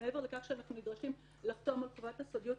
מעבר לכך שאנחנו נדרשים לחתום על חובת הסודיות,